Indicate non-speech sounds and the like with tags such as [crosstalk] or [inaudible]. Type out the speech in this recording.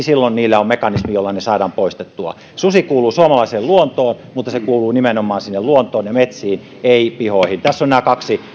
[unintelligible] silloin on mekanismi jolla ne saadaan poistettua susi kuuluu suomalaiseen luontoon mutta se kuuluu nimenomaan sinne luontoon ja metsiin ei pihoihin tässä ovat nämä kaksi